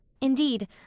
Indeed